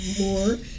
more